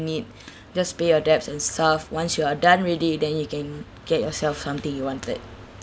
need just pay your debts and stuff once you are done already then you can get yourself something you wanted